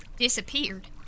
Disappeared